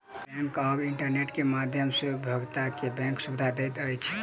bank आब internet के माध्यम सॅ उपभोगता के बैंक सुविधा दैत अछि